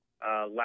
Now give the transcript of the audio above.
last